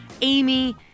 Amy